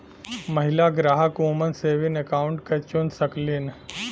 महिला ग्राहक woman saving account क चुन सकलीन